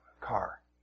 car